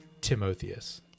timotheus